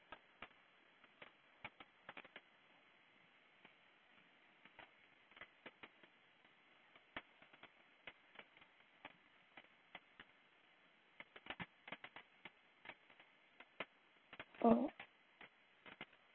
oh